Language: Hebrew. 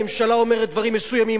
הממשלה אומרת דברים מסוימים,